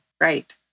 Right